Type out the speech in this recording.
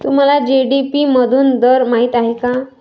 तुम्हाला जी.डी.पी मधून दर माहित आहे का?